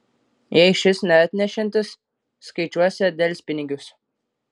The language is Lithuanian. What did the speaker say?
jei šis neatnešiantis skaičiuosią delspinigius